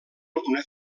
una